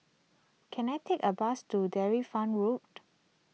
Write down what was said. can I take a bus to Dairy Farm Road